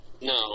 No